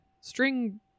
string